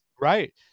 Right